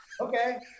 Okay